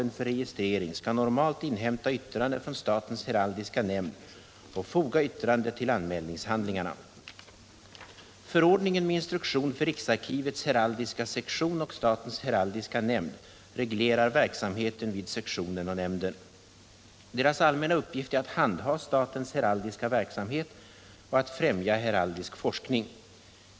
normalt inhämta yttrande från statens heraldiska nämnd och foga yttrandet till anmälningshandlingarna. Förordningen med instruktion för riksarkivets heraldiska sektion och statens heraldiska nämnd reglerar verksamheten vid sektionen och nämnden. Deras allmänna uppgift är att handha statens heraldiska verksamhet och att främja heraldisk forskning.